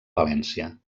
valència